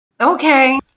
Okay